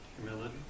Humility